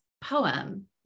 poem